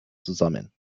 zusammen